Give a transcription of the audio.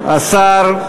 השר,